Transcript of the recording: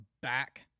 back